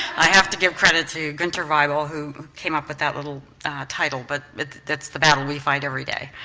i have to give credit to gunter vival who came up with that little title, but it's the battle we fight every day,